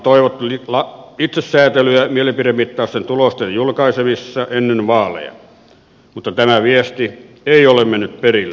tiedotusvälineiltä on toivottu itsesäätelyä mielipidemittausten tulosten julkaisemisessa ennen vaaleja mutta tämä viesti ei ole mennyt perille